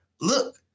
Look